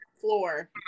floor